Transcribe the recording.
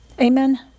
Amen